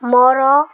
ମୋର